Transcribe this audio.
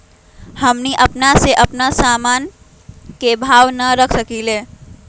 हमनी अपना से अपना सामन के भाव न रख सकींले?